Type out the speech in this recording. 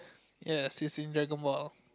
yes it's in dragon ball